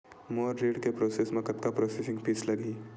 मोर ऋण के प्रोसेस म कतका प्रोसेसिंग फीस लगही?